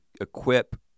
equip